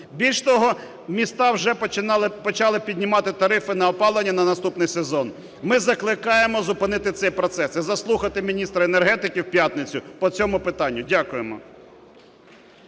Більше того, міста вже почали піднімати тарифи на опалення на наступний сезон. Ми закликаємо зупинити цей процес і заслухати міністра енергетики в п'ятницю по цьому питанню. Дякуємо.